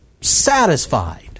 satisfied